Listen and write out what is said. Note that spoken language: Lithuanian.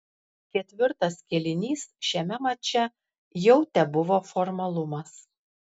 ketvirtas kėlinys šiame mače jau tebuvo formalumas